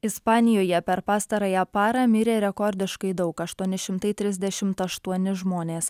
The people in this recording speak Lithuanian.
ispanijoje per pastarąją parą mirė rekordiškai daug aštuoni šimtai trisdešimt aštuoni žmonės